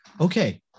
Okay